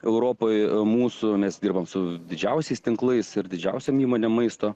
europoje mūsų mes dirbant su didžiausiais tinklais ir didžiausia įmonė maisto